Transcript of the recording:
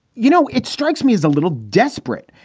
you know, it strikes me as a little desperate.